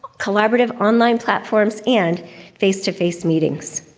collaborative online platforms, and face-to-face meetings.